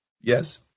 Yes